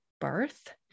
birth